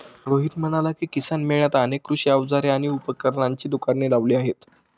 रोहित म्हणाला की, किसान मेळ्यात अनेक कृषी अवजारे आणि उपकरणांची दुकाने लावली आहेत